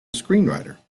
screenwriter